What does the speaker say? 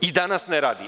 I danas ne radi.